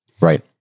Right